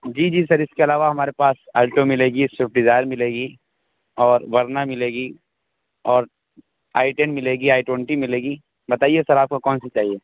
جی جی سر اس کے علاوہ ہمارے پاس آلٹو ملے گی سویفٹ ڈیزائر ملے گی اور ورنا ملے گی اور آئی ٹین ملے گی آئی ٹوئنٹی ملے گی بتائیے سر آپ کو کون سی چاہیے